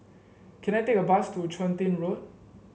can I take a bus to Chun Tin Road